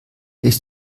ist